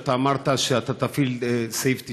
שאתה אמרת שתפעיל את סעיף 98,